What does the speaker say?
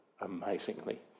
amazingly